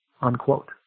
Unquote